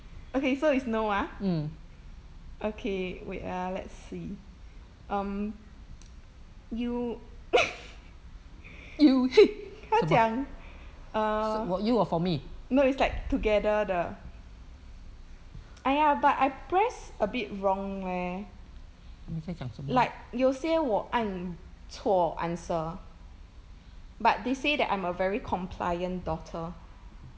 okay so is no ah okay wait ah let's see um you you you 它讲 err no is like together 的 !aiya! but I press a bit wrong leh like 有些我按错 answer but they say that I'm a very compliant daughter